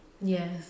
Yes